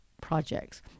projects